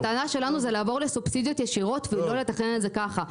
הטענה שלנו היא לעבור לסובסידיות ישירות ולא לתכנן את זה כך.